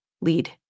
lead